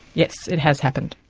yes. it has happened.